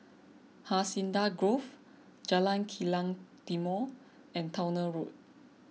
Hacienda Grove Jalan Kilang Timor and Towner Road